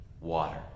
water